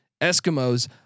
Eskimos